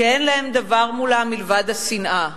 שאין להם דבר מולם מלבד השנאה,